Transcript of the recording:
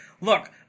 look